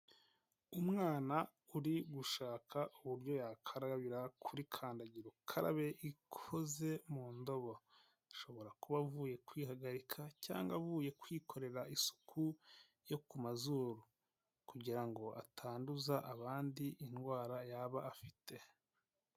Umwana uri gushaka uburyo yakarabira kuri kandagira ukarabe ikoze mu ndobo. Ashobora kuba avuye kwihagarika cyangwa avuye kwikorera isuku yo ku mazuru kugira ngo atanduza abandi indwara yaba afite.